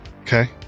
Okay